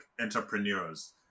entrepreneurs